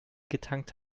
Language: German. getankt